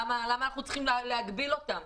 למה אנחנו צריכים להגביל אותם?